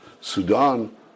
Sudan